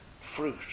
fruit